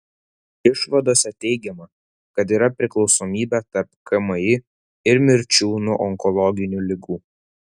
išvadose teigiama kad yra priklausomybė tarp kmi ir mirčių nuo onkologinių ligų